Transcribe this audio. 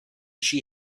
she